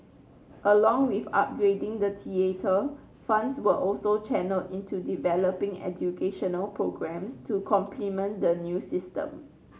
along with upgrading the theatre funds were also channelled into developing educational programmes to complement the new system